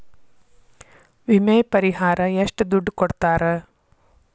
ವಿಮೆ ಪರಿಹಾರ ಎಷ್ಟ ದುಡ್ಡ ಕೊಡ್ತಾರ?